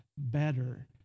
Better